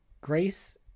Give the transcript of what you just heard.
Grace